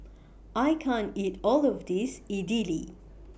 I can't eat All of This Idili